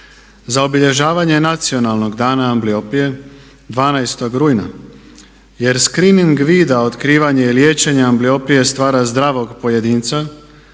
za obilježavanje Nacionalnog dana ambliopije 12. rujna. Jer skrining vida otkrivanje i liječenje ambliopije stvara zdravog pojedinca